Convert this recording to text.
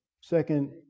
Second